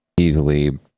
easily